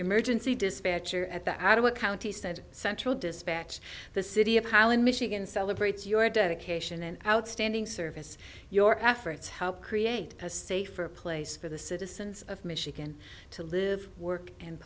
emergency dispatcher at the adult county said central dispatch the city of holland michigan celebrates your dedication and outstanding service your efforts to help create a safer place for the citizens of michigan to live work and